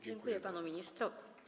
Dziękuję panu ministrowi.